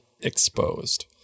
exposed